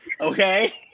okay